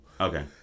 Okay